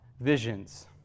visions